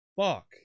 Fuck